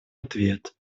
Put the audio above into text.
ответ